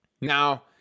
Now